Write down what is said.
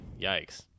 Yikes